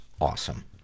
awesome